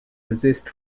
resist